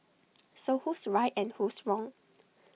so who's right and who's wrong